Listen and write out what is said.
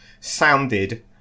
sounded